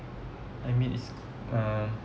I mean it's uh